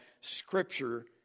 Scripture